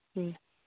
ᱦᱩᱸ